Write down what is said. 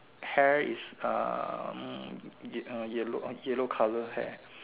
hair is um ye~ uh yellow yellow colour hair